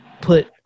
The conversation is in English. put